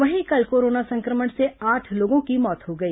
वहीं कल कोरोना संक्रमण से आठ लोगों की मौत हो गई